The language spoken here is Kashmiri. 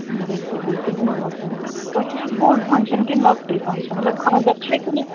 بِلکُل بِلکُل بہٕ وَنہو تۄہہِ تُہی چھُو یہِ بوٚڈ فنٛگشن کِنہٕ لۅکٹُے فنٛگشن مطلب خانٛدر چھا کِنہٕ